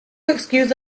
excuse